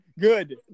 Good